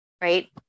right